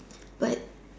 but